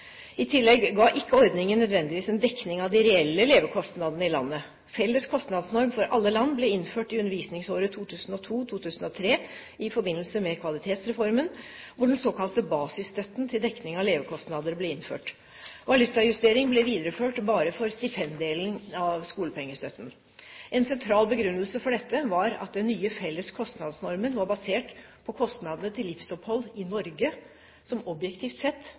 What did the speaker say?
I tillegg ga ikke ordningen nødvendigvis en dekning av de reelle levekostnadene i landet. Felles kostnadsnorm for alle land ble innført i undervisningsåret 2002–2003 i forbindelse med Kvalitetsreformen, hvor den såkalte basisstøtten til dekning av levekostnader ble innført. Valutajustering ble videreført bare for stipenddelen av skolepengestøtten. En sentral begrunnelse for dette var at den nye felles kostnadsnormen var basert på kostnadene til livsopphold i Norge, som objektivt sett